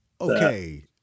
Okay